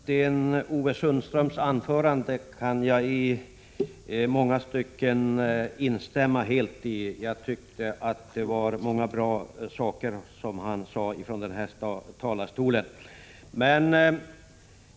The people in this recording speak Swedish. Herr talman! Jag kan i långa stycken instämma helt med Sten-Ove Sundström och tycker att han sade många bra saker i sitt anförande.